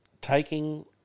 Taking